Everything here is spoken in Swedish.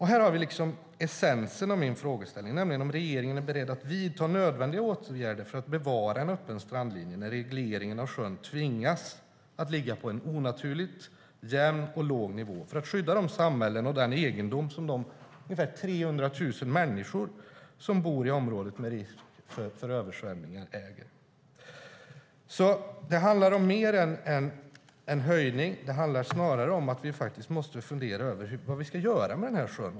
Här har vi essensen av min frågeställning, nämligen om regeringen är beredd att vidta nödvändiga åtgärder för att bevara en öppen strandlinje, när regleringen av sjön tvingas ligga på en onaturligt jämn och låg nivå, och skydda de samhällen och den egendom som ägs av de omkring 300 000 människor som bor i området med risk för översvämningar. Det handlar om mer än om en höjning. Det handlar snarare om att vi måste fundera på vad vi ska göra med sjön.